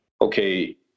okay